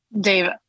Dave